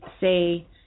say